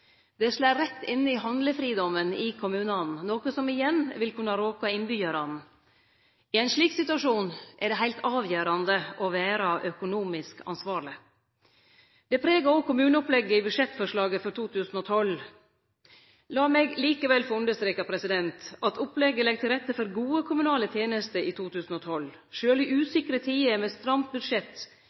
Det slår rett inn i handlefridomen til kommunane, noko som igjen vil kunne råke innbyggjarane. I ein slik situasjon er det heilt avgjerande å vere økonomisk ansvarleg. Det pregar òg kommuneopplegget i budsjettforslaget for 2012. Lat meg likevel få understreke at opplegget legg til rette for gode kommunale tenester i 2012. Sjølv i usikre tider med stramt budsjett